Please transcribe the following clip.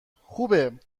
خوبه